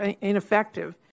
ineffective